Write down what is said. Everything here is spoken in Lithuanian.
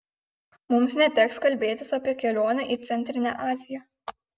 mums neteks kalbėtis apie kelionę į centrinę aziją